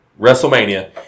WrestleMania